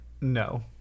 No